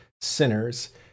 Sinners